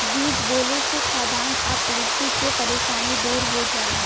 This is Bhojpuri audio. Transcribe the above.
बीज बोले से खाद्यान आपूर्ति के परेशानी दूर हो जाला